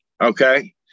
Okay